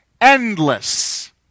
endless